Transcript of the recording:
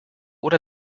oder